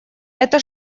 это